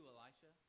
Elisha